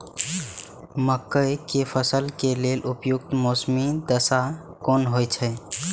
मके के फसल के लेल उपयुक्त मौसमी दशा कुन होए छै?